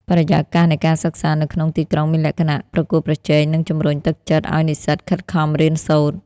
បរិយាកាសនៃការសិក្សានៅក្នុងទីក្រុងមានលក្ខណៈប្រកួតប្រជែងនិងជំរុញទឹកចិត្តឱ្យនិស្សិតខិតខំរៀនសូត្រ។